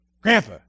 grandpa